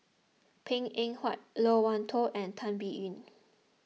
Png Eng Huat Loke Wan Tho and Tan Biyun